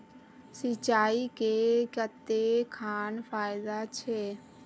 सिंचाई से कते खान फायदा छै?